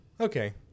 okay